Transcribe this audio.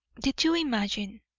did you imagine,